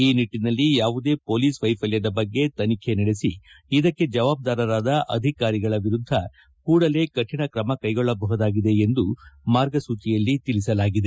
ಈ ನಿಟ್ಟನಲ್ಲಿ ಯಾವುದೇ ಮೊಲೀಸ್ ವೈಫಲ್ಠದ ಬಗ್ಗೆ ತನಿಖೆ ನಡೆಸಿ ಇದಕ್ಕೆ ಜವಾಬ್ದಾರರಾದ ಅಧಿಕಾರಿಗಳ ವಿರುದ್ಧ ಕೂಡಲೇ ಕಠಿಣ ಕ್ರಮ ಕೈಗೊಳ್ಳಬಹುದಾಗಿದೆ ಎಂದು ಮಾರ್ಗಸೂಚಿಯಲ್ಲಿ ತಿಳಿಸಲಾಗಿದೆ